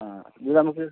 ആ ഇത് നമ്മുക്ക്